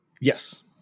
Yes